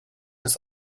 ist